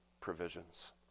provisions